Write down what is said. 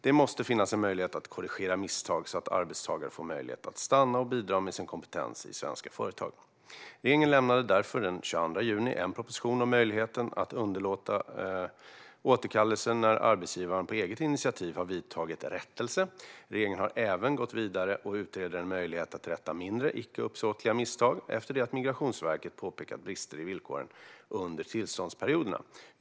Det måste finnas en möjlighet att korrigera misstag så att arbetstagare får möjlighet att stanna och bidra med sin kompetens i svenska företag. Regeringen lämnade därför den 22 juni en proposition om möjligheten att underlåta återkallelse när arbetsgivaren på eget initiativ har vidtagit rättelse. Regeringen har även gått vidare och utreder en möjlighet att rätta mindre, icke uppsåtliga misstag efter det att Migrationsverket påpekat brister i villkoren under tillståndsperioderna.